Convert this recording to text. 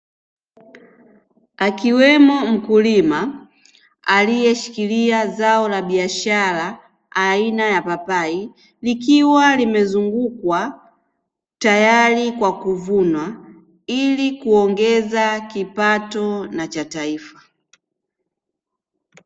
Akiwemo mkulima aliyeshikilia zao la biashara aina ya papai. Likiwa limezungukwa tayari kwa kuvunwa ili kuongeza kipato na cha taifa.